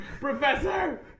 Professor